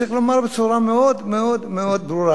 אז צריך לומר בצורה מאוד מאוד ברורה,